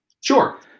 Sure